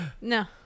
no